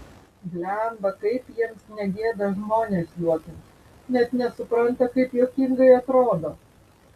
blemba kaip jiems negėda žmones juokint net nesupranta kaip juokingai atrodo